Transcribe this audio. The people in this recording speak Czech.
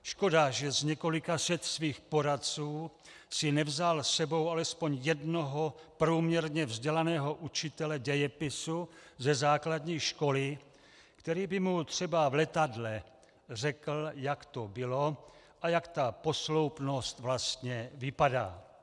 Škoda, že z několika set svých poradců si nevzal s sebou alespoň jednoho průměrně vzdělaného učitele dějepisu ze základní školy, který by mu třeba v letadle řekl, jak to bylo a jak ta posloupnost vlastně vypadá.